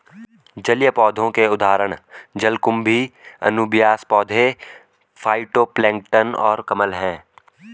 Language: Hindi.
जलीय पौधों के उदाहरण जलकुंभी, अनुबियास पौधे, फाइटोप्लैंक्टन और कमल हैं